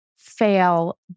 fail